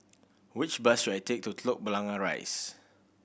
which bus should I take to Telok Blangah Rise